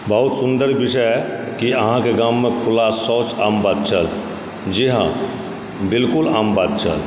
बहुत सुन्दर विषय कि अहाँकेँ गाममे खुला शौच आम बात छल जी हाँ बिल्कुल आम बात छल